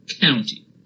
County